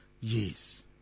Yes